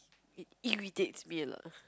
it irritates me a lot